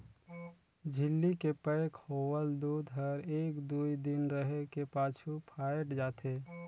झिल्ली के पैक होवल दूद हर एक दुइ दिन रहें के पाछू फ़ायट जाथे